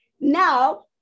Now